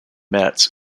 metz